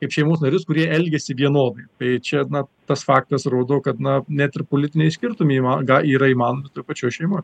kaip šeimos narius kurie elgiasi vienodai tai čia na tas faktas rodo kad na net ir politiniai skirtumai įma ga yra įmanomi toj pačioj šeimoj